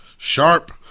sharp